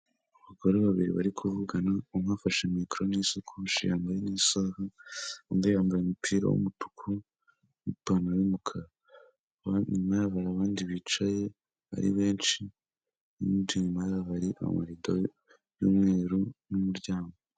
Abagore babiri bari kuvugana umwe afashe mikoro n'isakoshi yambaye n'isaha, undi yambaye umupira w'umutuku n'ipantaro y'umukara inyuma yabo hari abandi bicaye ari benshi n'abicaye inyuma yabo hari amarido y'umweru n'umuryango.